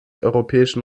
europäischen